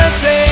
say